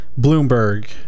Bloomberg